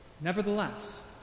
Nevertheless